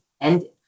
ended